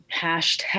hashtag